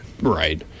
Right